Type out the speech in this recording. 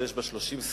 שיש בה 30 שרים,